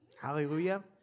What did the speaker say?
Hallelujah